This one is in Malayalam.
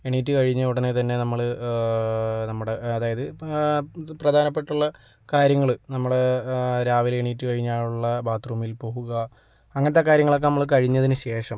എണീറ്റ് കഴിഞ്ഞ ഉടനെത്തന്നെ നമ്മൾ നമ്മുടെ അതായത് പ്രധാനപ്പെട്ടുള്ള കാര്യങ്ങൾ നമ്മുടെ രാവിലെ എണീറ്റ് കഴിഞ്ഞാലുള്ള ബാത്ത്റൂമില് പോകുക അങ്ങനത്തെ കാര്യങ്ങളൊക്കെ നമ്മൾ കഴിഞ്ഞതിന് ശേഷം